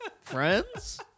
friends